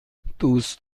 دوست